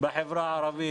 בחברה הערבית.